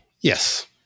yes